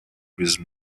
with